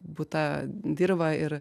būta dirva ir